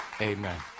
amen